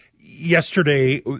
yesterday